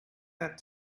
that